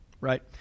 right